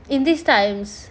in these times